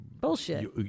bullshit